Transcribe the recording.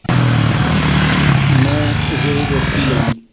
ਮੈਂ ਅਜਿਹੇ ਵਿਅਕਤੀ ਲਈ